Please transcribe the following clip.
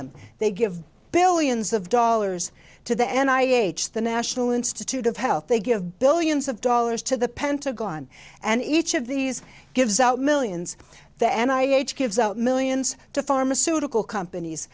them they give billions of dollars to the end i h the national institute of health they give billions of dollars to the pentagon and each of these gives out millions that end i h gives out millions to pharmaceutical companies